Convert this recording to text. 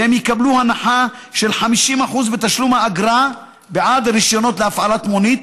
והם יקבלו הנחה של 50% בתשלום האגרה בעד רישיונות להפעלת מונית,